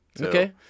okay